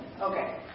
Okay